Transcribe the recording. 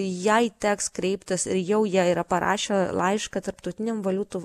jai teks kreiptis ir jau jie yra parašę laišką tarptautiniam valiutų